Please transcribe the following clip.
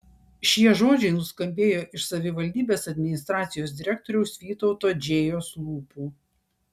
šie žodžiai nuskambėjo iš savivaldybės administracijos direktoriaus vytauto džėjos lūpų